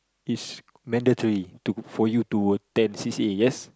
it's mandatory to for you to attend c_c_a yes